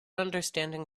understanding